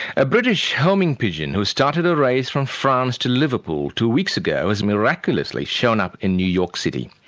a british homing pigeon who started a race from france to liverpool two weeks ago has miraculously shown up in new york city.